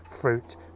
fruit